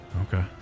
Okay